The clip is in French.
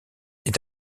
est